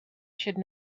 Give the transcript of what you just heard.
should